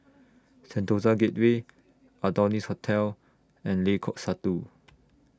Sentosa Gateway Adonis Hotel and Lengkok Satu